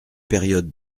période